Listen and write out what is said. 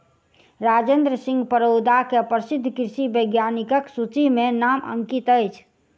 राजेंद्र सिंह परोदा के प्रसिद्ध कृषि वैज्ञानिकक सूचि में नाम अंकित अछि